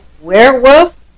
werewolf